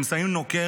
הם שמים נוקר,